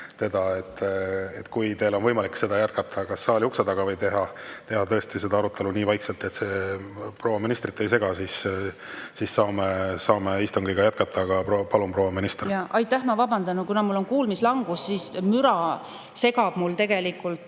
teda. Kui teil on võimalik seda jätkata kas saali ukse taga või teha seda arutelu nii vaikselt, et see proua ministrit ei sega, siis saame istungit jätkata. Palun, proua minister! Aitäh! Ma vabandan. Kuna mul on kuulmislangus, siis müra segab mul tegelikult